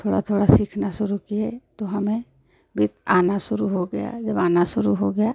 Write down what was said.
थोड़ा थोड़ा सीखना शुरू किए तो हमें भी आना शुरू हो गया जब आना शुरू हो गया